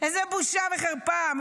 ואם זה היה תלוי בו